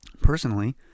Personally